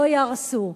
לא ייהרסו.